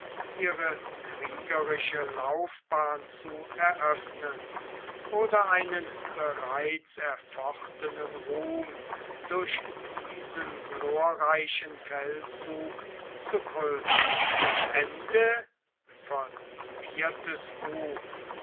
ihre kriegerische laufbahn zu eröffnen oder einen bereits erfochtenen ruhm durch diesen glorreichen feldzug zu krönen